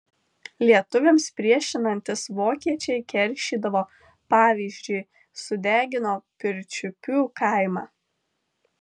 lietuviams priešinantis vokiečiai keršydavo pavyzdžiui sudegino pirčiupių kaimą